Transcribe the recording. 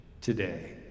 today